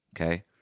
Okay